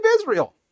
Israel